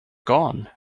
gone